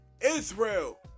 Israel